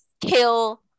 kill